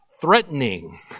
threatening